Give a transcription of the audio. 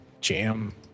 jam